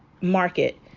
market